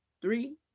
Three